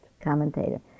commentator